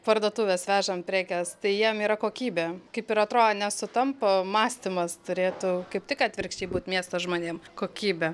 parduotuves vežam prekes tai jiem yra kokybė kaip ir atrodo nesutampa mąstymas turėtų kaip tik atvirkščiai būt miesto žmonėm kokybė